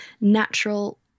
natural